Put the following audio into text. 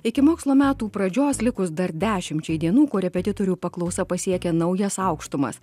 iki mokslo metų pradžios likus dar dešimčiai dienų korepetitorių paklausa pasiekė naujas aukštumas